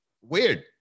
Weird